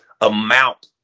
amount